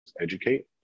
educate